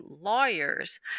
lawyers